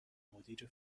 مدیر